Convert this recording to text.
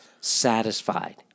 satisfied